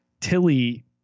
tilly